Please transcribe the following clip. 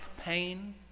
pain